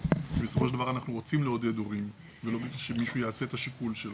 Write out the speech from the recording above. שבסופו של דבר אנחנו רוצים לעודד הורים ולא שמישהו יעשה את השיקול שלו,